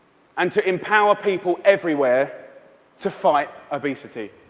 and to empower people everywhere to fight obesity.